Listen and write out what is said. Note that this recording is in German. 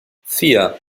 vier